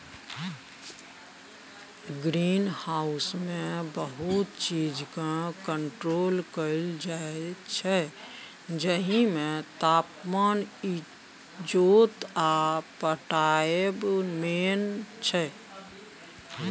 green हाउसमे बहुत चीजकेँ कंट्रोल कएल जाइत छै जाहिमे तापमान, इजोत आ पटाएब मेन छै